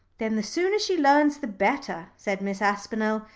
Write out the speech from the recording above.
then the sooner she learns the better, said miss aspinall,